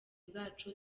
bwacu